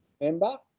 member